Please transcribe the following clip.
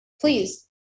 please